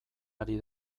ari